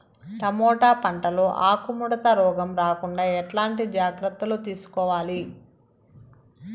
Tomato పంట లో ఆకు ముడత రోగం రాకుండా ఎట్లాంటి జాగ్రత్తలు తీసుకోవాలి?